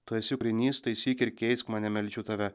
tu esi kūrinys taisyk ir keisk mane meldžiu tave